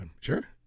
Sure